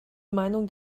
meinung